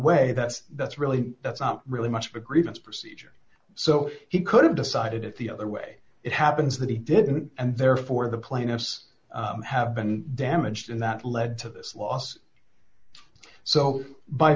way that's that's really that's not really much of a grievance procedure so he could have decided at the other way it happens that he didn't and therefore the plaintiffs have been damaged and that led to this loss so by